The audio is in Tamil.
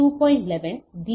11 டி